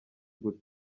gute